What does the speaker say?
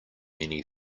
many